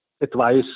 advice